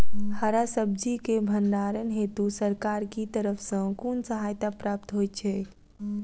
हरा सब्जी केँ भण्डारण हेतु सरकार की तरफ सँ कुन सहायता प्राप्त होइ छै?